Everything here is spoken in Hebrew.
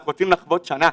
אנחנו רוצים לחוות שנה,